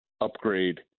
upgrade